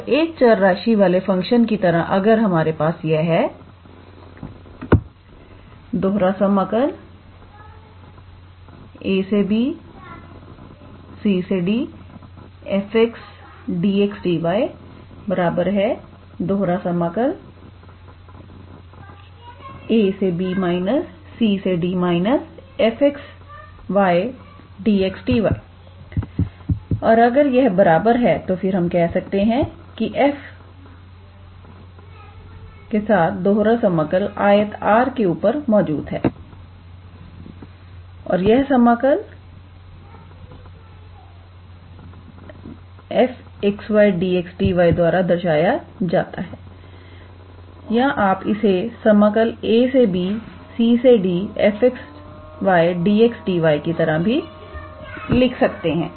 और एक चर राशि वाले फंक्शन की तरह अगर हमारे पास यह है a bc d 𝑓𝑥 𝑦𝑑𝑥𝑑𝑦 ab cd 𝑓𝑥 𝑦𝑑𝑥𝑑𝑦 और अगर यह बराबर है तो फिर हम कह सकते हैं f दोहरा समाकल आयत R के ऊपर मौजूद है और यह समाकल R𝑓𝑥 𝑦𝑑𝑥𝑑𝑦 द्वारा दर्शाया जाता है या आप इसे समाकल ab cd 𝑓𝑥 𝑦𝑑𝑥𝑑𝑦 की तरह भी लिख सकते हैं